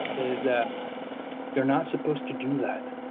is that you're not supposed to do that.